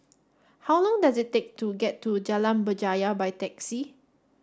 how long does it take to get to Jalan Berjaya by taxi